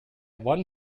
one